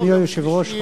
אדוני היושב-ראש,